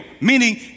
Meaning